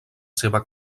seva